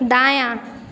दायाँ